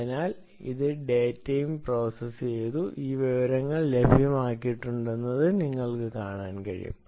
അതിനാൽ ഇത് ഡാറ്റയും പ്രോസസ് ചെയ്തതു ഈ വിവരങ്ങൾ ലഭ്യമാക്കിയിട്ടുണ്ടെന്ന് നിങ്ങൾക്ക് കാണാൻ കഴിയും